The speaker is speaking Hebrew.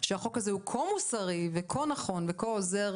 שהחוק הזה הוא כה מוסרי וכה נכון וכה עוזר.